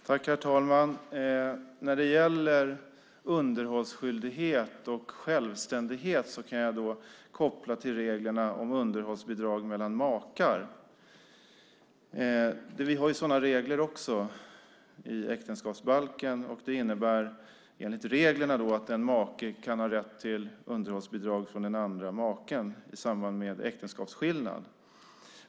Herr talman! Frågan om underhållsskyldighet och självständighet kan jag koppla till reglerna om underhållsbidrag mellan makar. Vi har sådana regler i äktenskapsbalken. Enligt reglerna kan en make ha rätt till underhållsbidrag från den andra maken i samband med äktenskapsskillnad.